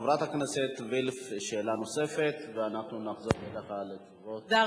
לחברת הכנסת וילף שאלה נוספת, ואנחנו נחזור, תודה.